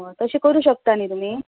तशें करुंक शकतां न्हय तुमी